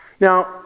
Now